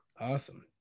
Awesome